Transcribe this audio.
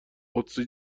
قدسی